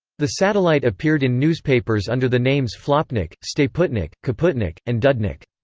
the satellite appeared in newspapers under the names flopnik, stayputnik, kaputnik, and dudnik.